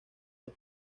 los